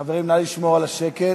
חברים, נא לשמור על השקט.